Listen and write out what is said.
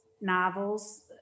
novels